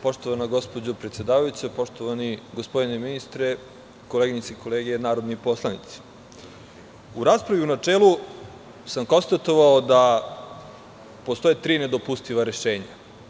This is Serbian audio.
Poštovana gospođo predsedavajuća, poštovani gospodine ministre, koleginice i kolege narodni poslanici, u raspravi u načelu sam konstatovao da postoje tri nedopustiva rešenja.